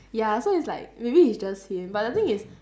ya so it's like maybe it's just him but the thing is